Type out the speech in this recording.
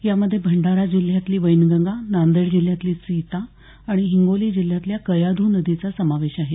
यामध्ये भंडारा जिल्ह्यातली वैनगंगा नांदेड जिल्ह्यातली सीता आणि हिंगोली जिल्ह्यातल्या कयाधू नदीचा समावेश आहे